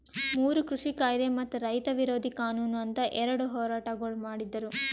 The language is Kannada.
ಮೂರು ಕೃಷಿ ಕಾಯ್ದೆ ಮತ್ತ ರೈತ ವಿರೋಧಿ ಕಾನೂನು ಅಂತ್ ಎರಡ ಹೋರಾಟಗೊಳ್ ಮಾಡಿದ್ದರು